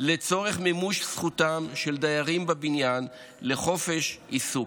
לצורך מימוש זכותם של דיירים בבניין לחופש עיסוק,